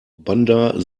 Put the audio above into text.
bandar